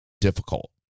difficult